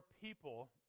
people